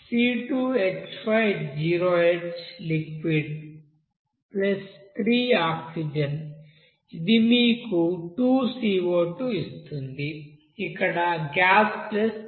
C2H5OH liquid గా3 oxygen ఇది మీకు 2CO2 ఇస్తుంది ఇక్కడ గ్యాస్3 లిక్విడ్